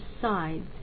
sides